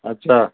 اچھا